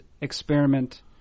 experiment